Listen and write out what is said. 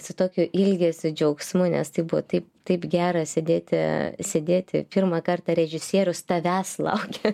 su tokiu ilgesiu džiaugsmu nes tai buvo taip taip gera sėdėti sėdėti pirmą kartą režisierius tavęs laukė